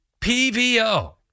pvo